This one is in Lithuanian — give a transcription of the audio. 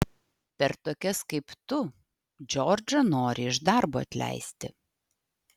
per tokias kaip tu džordžą nori iš darbo atleisti